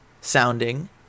sounding